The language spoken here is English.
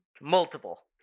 Multiple